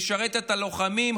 לשרת את הלוחמים,